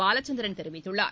பாலச்சந்திரன் தெரிவித்துள்ளார்